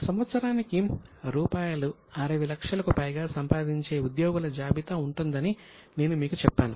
సంవత్సరానికి రూపాయలు 60 లక్షలకు పైగా సంపాదించే ఉద్యోగుల జాబితా ఉంటుందని నేను మీకు చెప్పాను